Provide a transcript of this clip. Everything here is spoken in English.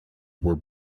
were